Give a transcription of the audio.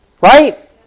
right